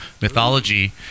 mythology